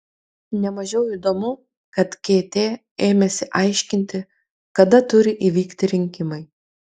ne mažiau įdomu kad kt ėmėsi aiškinti kada turi įvykti rinkimai